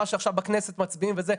מה שעכשיו בכנסת מצביעים וזה,